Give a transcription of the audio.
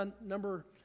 number